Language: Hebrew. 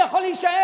הוא יכול להישאר,